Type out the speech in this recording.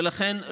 ולכן,